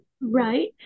Right